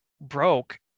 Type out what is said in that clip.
broke